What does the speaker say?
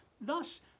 thus